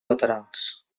laterals